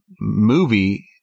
movie